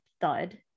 thud